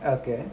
okay